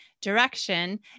direction